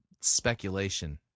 speculation